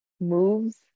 moves